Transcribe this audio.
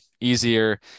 easier